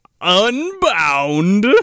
unbound